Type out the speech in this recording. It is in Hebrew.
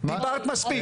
דיברת מספיק.